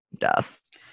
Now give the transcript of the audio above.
dust